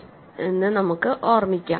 നമുക്ക് ഓർമ്മിക്കാം